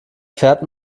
fährt